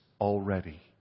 already